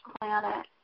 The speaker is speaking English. planet